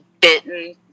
bitten